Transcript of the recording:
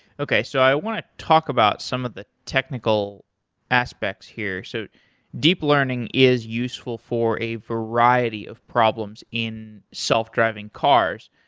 okay. so i want to talk about some of the technical aspects here. so deep learning is useful for a variety of problems in self-driving cars.